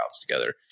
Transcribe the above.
together